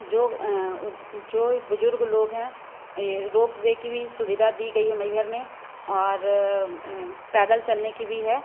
जो जो बुजुर्ग लोग हैं रोपवे की भी सुविधा दी गई है मैहर में और पैदल चलने की भी है